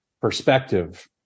perspective